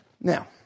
Now